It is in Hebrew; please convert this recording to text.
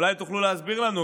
אולי תוכלו להסביר לנו,